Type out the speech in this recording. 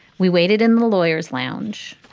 we waited in the lawyer's lounge,